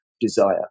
desire